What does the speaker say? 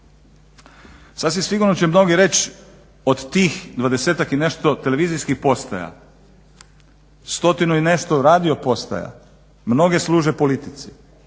Sasvim sigurno će mnogi reći od tih dvadesetak i nešto televizijskih postaja stotinu i nešto radio postaja mnoge služe politici.